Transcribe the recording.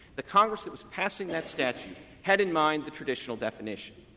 the congress that was passing that statute had in mind the traditional definition.